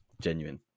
genuine